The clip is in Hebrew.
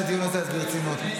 אז בוא ננהל את הדיון הזה ברצינות.